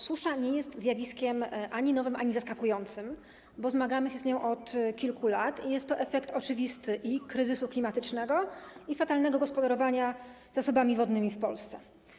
Susza nie jest zjawiskiem ani nowym, ani zaskakującym, bo zmagamy się z nią od kilku lat i jest to oczywisty efekt i kryzysu klimatycznego, i fatalnego gospodarowania zasobami wodnymi w Polsce.